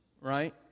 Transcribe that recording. right